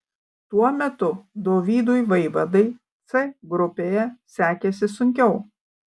tuo metu dovydui vaivadai c grupėje sekėsi sunkiau